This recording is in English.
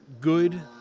good